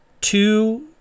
two